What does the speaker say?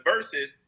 verses